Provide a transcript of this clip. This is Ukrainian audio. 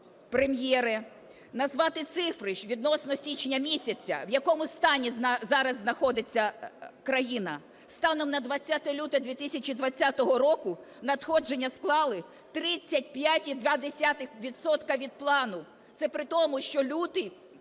Прем’єре, назвати цифри, що відносно січня місяця, в якому стані зараз знаходиться країна. Станом на 20 лютого 2020 року надходження склали 35,2 відсотка від плану. Це при тому, що лютий